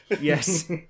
Yes